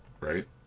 Right